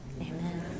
Amen